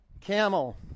Camel